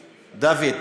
דוד,